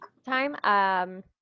Time